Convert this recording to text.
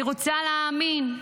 אני רוצה להאמין,